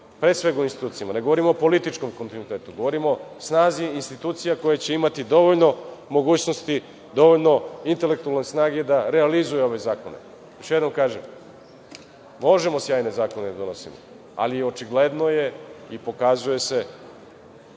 pre svega u institucijama. Ne govorim o političkom kontinuitetu, govorim o snazi institucija koje će imati dovoljno mogućnosti, dovoljno intelektualne snage da realizuju ove zakone. Još jednom kažem, možemo sjajne zakone da donosimo, ali očigledno je i pokazuje se